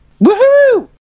woohoo